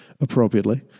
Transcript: appropriately